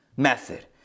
method